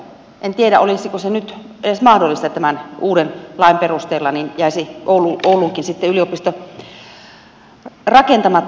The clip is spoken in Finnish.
en tiedä olisiko se nyt edes mahdollista tämän uuden lain perusteella jäisi ouluunkin sitten yliopisto rakentamatta